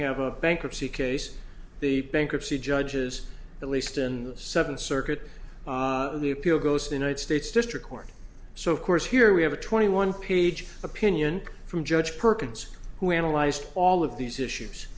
have a bankruptcy case the bankruptcy judges at least in the seventh circuit the appeal goes to the united states district court so of course here we have a twenty one page opinion from judge perkins who analyzed all of these issues